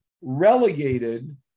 relegated